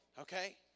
okay